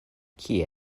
kie